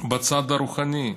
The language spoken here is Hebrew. בצד הרוחני,